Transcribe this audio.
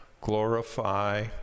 glorify